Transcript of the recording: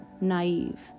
Naive